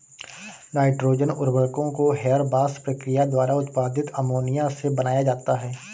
nitrogen उर्वरकों को Haber Bosch प्रक्रिया द्वारा उत्पादित अमोनिया से बनाया जाता है